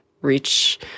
reach